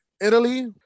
italy